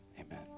Amen